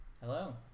Hello